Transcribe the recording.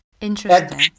Interesting